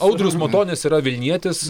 audrius matonis yra vilnietis